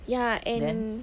ya and